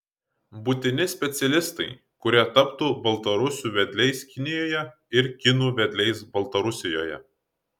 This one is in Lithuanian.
būtini specialistai kurie taptų baltarusių vedliais kinijoje ir kinų vedliais baltarusijoje